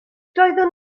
doeddwn